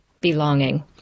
belonging